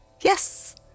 Yes